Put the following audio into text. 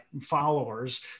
followers